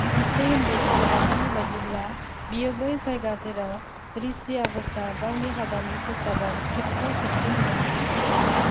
मोनसे हिन्दु सल'बाथानि बायदिब्ला बेयो बै जायगा जेराव ऋषि अगस्त्यआ गावनि हाबानि खसाबाव शिबखौ खेबसे नुदोंमोन